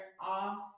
off